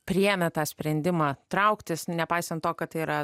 priėmė tą sprendimą trauktis nepaisant to kad tai yra